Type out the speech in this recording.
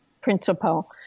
principle